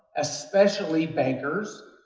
especially bankers,